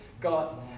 got